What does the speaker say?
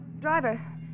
driver